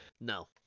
No